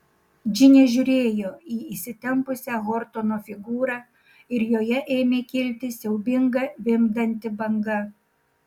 džinė žiūrėjo į įsitempusią hotorno figūrą ir joje ėmė kilti siaubinga vimdanti banga